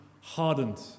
hardened